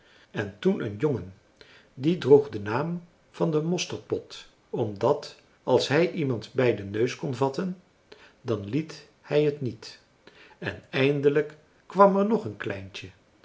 en toen een jongen die droeg den naam van den mosterdpot omdat als hij iemand bij den neus kon vatten dan liet hij het niet en eindelijk kwam er nog een kleintje